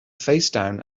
facedown